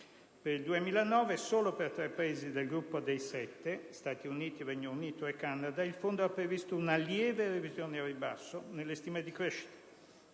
Per il 2009, solo per tre Paesi del gruppo dei sette (Stati Uniti, Regno Unito e Canada), il Fondo ha previsto un lieve ribasso nelle stime di crescita;